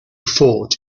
fought